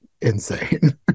insane